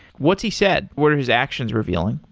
what's he said? what are his actions revealing?